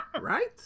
Right